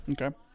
Okay